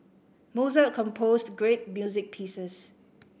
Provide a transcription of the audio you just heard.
Mozart composed great music pieces